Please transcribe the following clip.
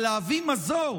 אבל להביא מזור,